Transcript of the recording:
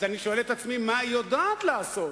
אז אני שואל את עצמי מה היא יודעת לעשות.